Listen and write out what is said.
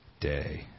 day